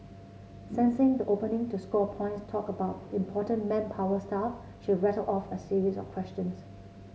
sensing the opening to score points talk about important manpower stuff she rattled off a series of questions